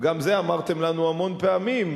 וגם זה אמרתם לנו המון פעמים,